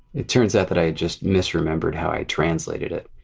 it turns out that i just misremembered how i translated it.